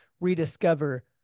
rediscover